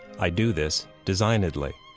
i do this designedly.